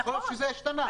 יכול להיות שזה השתנה.